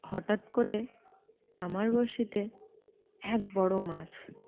হঠাৎ করে আমার বড়শিতে এক বড় মাছ